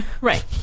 Right